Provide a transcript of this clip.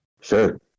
Sure